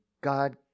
God